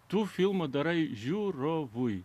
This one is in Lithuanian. tu filmą darai žiūrovui